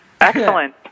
Excellent